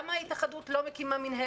אני רוצה לדעת למה ההתאחדות לא מקימה מינהלת,